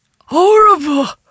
Horrible